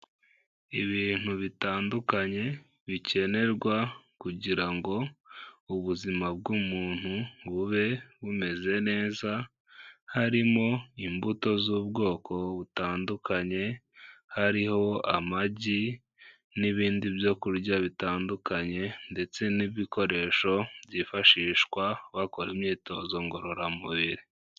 Ibintu bitandukanye bikenerwa kugira ngo ubuzima bw'umuntu bube bumeze neza; harimo imbuto z'ubwoko butandukanye; hariho amagi n'ibindi byo kurya bitandukanye; ndetse n'ibikoresho byifashishwa bakora imyitozo ngororamubiri.